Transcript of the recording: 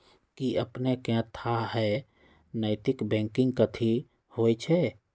कि अपनेकेँ थाह हय नैतिक बैंकिंग कथि होइ छइ?